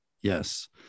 Yes